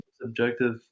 subjective